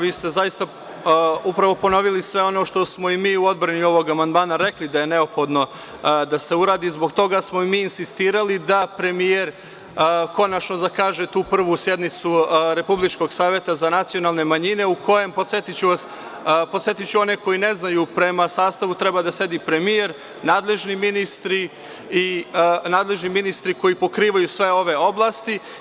Vi ste zaista upravo ponovili sve ono što smo i mi u odbrani ovog amandmana rekli da je neophodno, da se uradi i mi smo zbog toga insistirali da premijer konačno zakaže tu prvu sednicu Republičkog saveta za nacionalne manjine u kojem, podsetiću one koji ne znaju, prema sastavu, treba da sedi premijer, nadležni ministri, nadležni ministri koji pokrivaju sve ove oblasti.